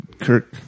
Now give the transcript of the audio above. Kirk